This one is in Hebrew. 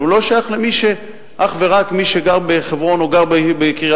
הוא לא שייך אך ורק למי שגר בחברון או גר בקריית-ארבע.